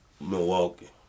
Milwaukee